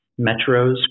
metros